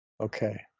Okay